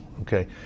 okay